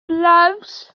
gloves